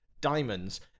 diamonds